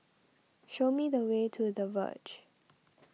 show me the way to the Verge